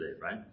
right